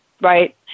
Right